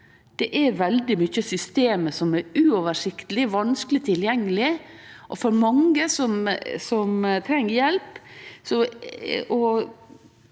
Det er veldig mykje systemet som er uoversiktleg og vanskeleg tilgjengeleg. For mange som treng hjelp,